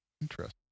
Interesting